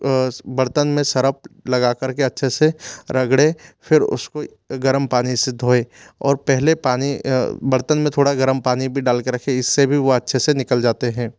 बर्तन में सरफ लगाकर के अच्छे से रगड़ें फिर उसको गर्म पानी से धोएं और पहले पानी बर्तन में थोड़ा गर्म पानी भी डाल कर रखें इससे भी वह अच्छे से निकल जाते हैं